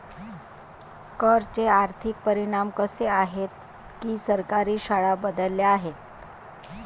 कर चे आर्थिक परिणाम असे आहेत की सरकारी शाळा बदलल्या आहेत